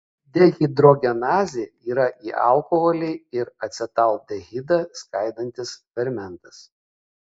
dehidrogenazė yra alkoholį į acetaldehidą skaidantis fermentas